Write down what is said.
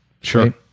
Sure